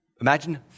Imagine